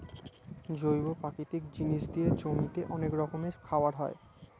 জৈব প্রাকৃতিক জিনিস দিয়ে জমিতে অনেক রকমের খাবার হয়